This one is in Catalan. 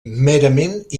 merament